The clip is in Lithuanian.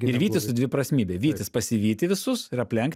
ir vytis su dviprasmybe vytis pasivyti visus ir aplenkti